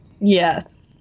Yes